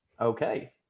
okay